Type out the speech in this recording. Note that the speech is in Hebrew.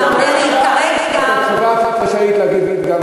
את התשובה את רשאית להגיד גם אחרי.